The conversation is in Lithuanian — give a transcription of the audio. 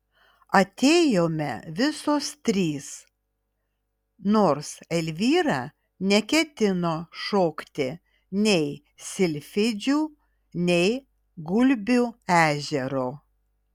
atėjome visos trys nors elvyra neketino šokti nei silfidžių nei gulbių ežero